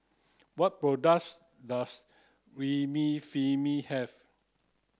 what products does Remifemin have